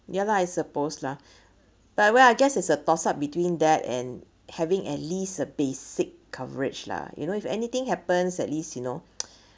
ya lah I suppose lah but well I guess it's a toss up between that and having at least a basic coverage lah you know if anything happens at least you know